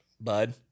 bud